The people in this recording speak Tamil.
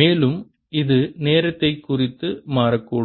மேலும் இது நேரத்தை குறித்து மாறக்கூடும்